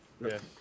yes